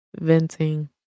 venting